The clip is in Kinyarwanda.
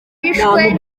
bishwe